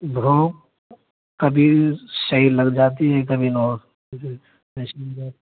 بھوک کبھی صحیح لگ جاتی ہے کبھی نا